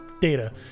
data